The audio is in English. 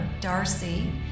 Darcy